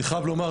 אני חייב לומר,